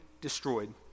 destroyed